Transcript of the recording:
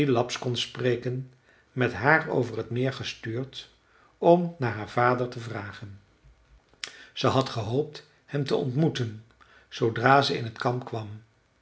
kon spreken met haar over t meer gestuurd om naar haar vader te vragen ze had gehoopt hem te ontmoeten zoodra ze in t kamp kwam